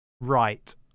right